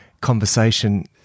conversation